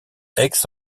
aix